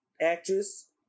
actress